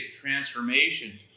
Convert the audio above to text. transformation